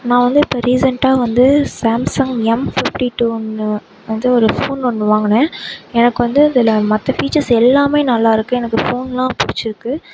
நான் வந்து இப்போ ரீசென்ட்டாக வந்து சாம்சங் எம் பிஃப்டி டூ வந்து ஒரு ஃபோன் ஒன்று வாங்குனன் எனக்கு வந்து அதில் மற்ற ஃபீச்சர்ஸ் எல்லாமே நல்லாயிருக்கு எனக்கு ஃபோன்லாம் பிடிச்சிருக்கு